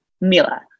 mila